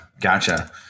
Gotcha